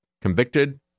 convicted